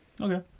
Okay